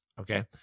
Okay